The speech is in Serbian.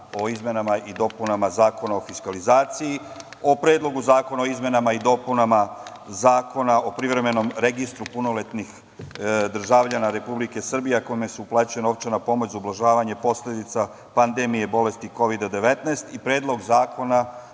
o izmenama i dopunama Zakona o fiskalizaciji, o predlogu zakona o izmenama i dopunama Zakona o privremenom registru punoletnih državljana Republike Srbije, a kome se uplaćuje novčana pomoć za ublažavanje posledica pandemije bolesti Kovida 19 i predlog Zakona